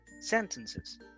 sentences